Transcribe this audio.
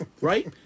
right